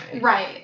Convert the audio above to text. right